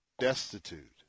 destitute